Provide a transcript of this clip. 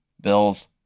Bills